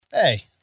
Hey